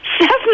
Seven